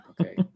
Okay